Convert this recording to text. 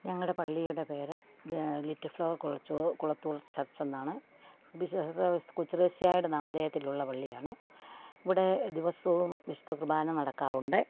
ഞങ്ങളുടെ പള്ളിയുടെ പേര് ലിറ്റിൽ ഫ്ലവർ കൊളച്ചുർ കൊളത്തൂർ ചർച്ചെന്നാണ് വിശ്വ കൊച്ചുത്രേസിയായുടെ നാമധേയത്തിലുള്ള പള്ളിയാണ് ഇവിടെ ദിവസവും വിശുദ്ധ കുർബ്ബാന നടക്കാറുണ്ട്